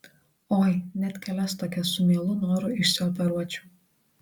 oi net kelias tokias su mielu noru išsioperuočiau